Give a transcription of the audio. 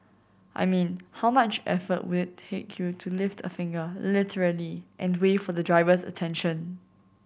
I mean how much effort will take you to lift a finger literally and wave for the driver's attention